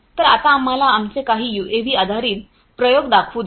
तर आता तुम्हाला आमचे काही यूएव्ही आधारित प्रयोग दाखवू द्या